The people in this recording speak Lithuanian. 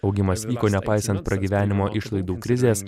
augimas vyko nepaisant pragyvenimo išlaidų krizės